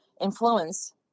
influence